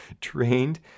trained